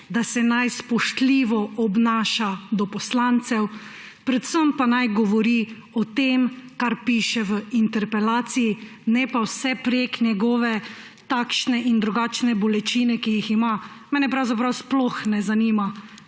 da se naj spoštljivo obnaša do poslancev, predvsem pa naj govori o tem, kar piše v interpelaciji, ne pa vsepovprek o svojih takšnih in drugačnih bolečinah, ki jih ima. Mene pravzaprav sploh ne zanima,